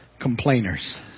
complainers